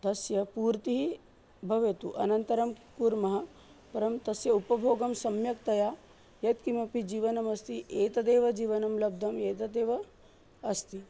तस्य पूर्तिः भवेत् अनन्तरं कुर्मः परं तस्य उपभोगं सम्यक्तया यत्किमपि जीवनमस्ति एतदेव जीवनं लब्धम् एतदेव अस्ति